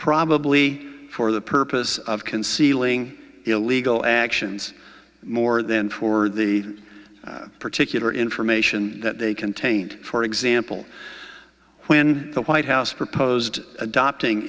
probably for the purpose of concealing illegal actions more than for the particular information that they contained for example when the white house proposed adopting